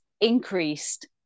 increased